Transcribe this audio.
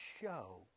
show